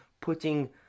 putting